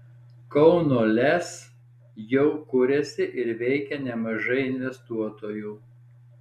kauno lez jau kuriasi ar veikia nemažai investuotojų